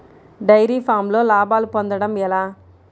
Dairy ఫామ్లో లాభాలు పొందడం ఎలా?